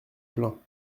plains